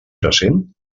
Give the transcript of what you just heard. present